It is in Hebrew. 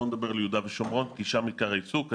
בואו נדבר על יהודה ושומרון, כי שם עיקר העיסוק.